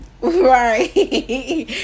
Right